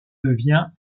devient